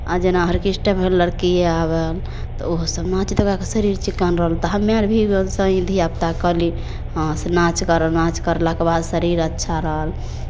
आ जेना आर्केस्ट्रामे लड़की अर भेल तऽ ओहोसभ नाच देखा कऽ शरीर चिक्कन रहल तऽ हमरा अर भी सभी धियापुताकेँ कहली हँ से नाच कर नाच करलाके बाद शरीर अच्छा रहल